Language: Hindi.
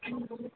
हाँ बोलिए